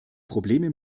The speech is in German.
probleme